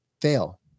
fail